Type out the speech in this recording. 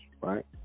Right